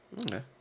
Okay